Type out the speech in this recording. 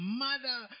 mother